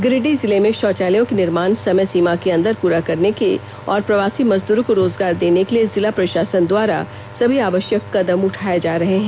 गिरिडीह जिले में शौचालयों के निर्माण समय सीमा के अंदर पूरा करने और प्रवासी मजदूरों को रोजगार देने के लिए जिला प्रशासन द्वारा सभी आवश्यक कदम उठाए जा रहे हैं